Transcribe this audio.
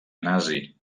nazi